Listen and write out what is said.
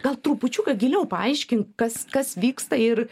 gal trupučiuką giliau paaiškink kas kas vyksta ir